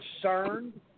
concerned